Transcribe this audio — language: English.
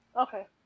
Okay